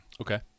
Okay